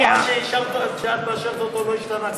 עד שאת לא מאשרת אותו הוא לא ישתנה בכלום.